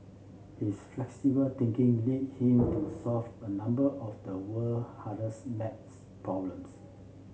his flexible thinking lead him to solve a number of the world hardest math problems